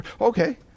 Okay